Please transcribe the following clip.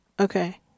Okay